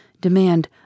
demand